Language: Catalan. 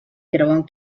creuen